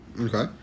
Okay